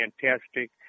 fantastic